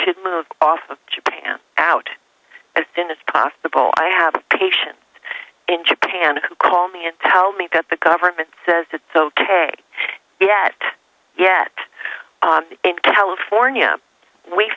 should move off of japan out as soon as possible i have patients in japan who call me and tell me that the government says it's ok yet yet in california we